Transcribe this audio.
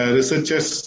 Researchers